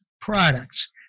products